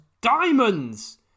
diamonds